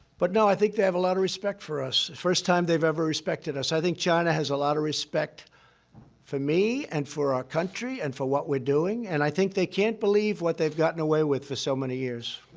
but no, i think they have a lot of respect for us. it's the first time they've ever respected us. i think china has a lot of respect for me and for our country and for what we're doing, and i think they can't believe what they've gotten away with for so many years.